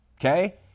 okay